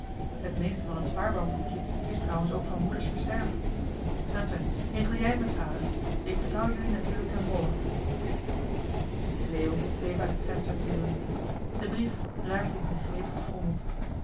het meeste van het spaarbankboekje is trouwens ook van moeders versterf enfin regel jij het met vader ik vertrouw jullie natuurlijk ten volle leo bleef uit het venster turen de brief raakte in zijn greep verfrommeld